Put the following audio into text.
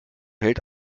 hält